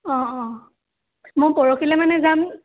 অঁ অঁ মই পৰখিলৈ মানে যাম